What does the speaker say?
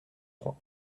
trois